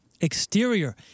Exterior